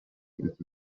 iki